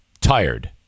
tired